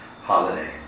holiday